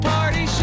Party